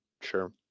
Sure